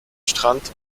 strand